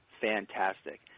fantastic